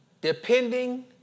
Depending